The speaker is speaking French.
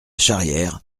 charrière